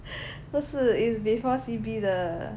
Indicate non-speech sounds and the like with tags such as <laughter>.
<breath> 不是 it's before C_B 的